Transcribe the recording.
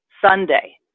Sunday